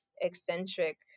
eccentric